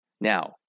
Now